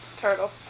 Turtle